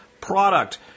product